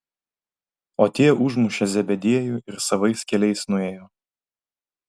o tie užmušė zebediejų ir savais keliais nuėjo